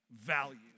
value